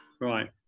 right